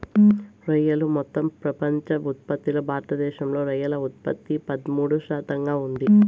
రొయ్యలు మొత్తం ప్రపంచ ఉత్పత్తిలో భారతదేశంలో రొయ్యల ఉత్పత్తి పదమూడు శాతంగా ఉంది